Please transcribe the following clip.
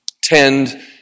Tend